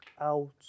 out